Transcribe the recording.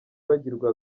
bagirwa